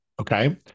Okay